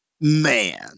man